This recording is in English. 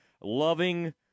loving